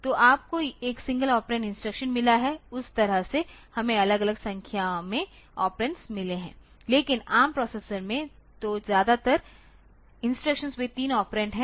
तो आपको एक सिंगल ऑपरेंड इंस्ट्रक्शन मिला है उस तरह से हमें अलग अलग संख्या में ऑपरेंड्स मिले हैं लेकिन ARM प्रोसेसर में तो ज्यादातर इंस्ट्रक्शंस वे 3 ऑपरेंड हैं